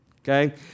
Okay